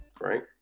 right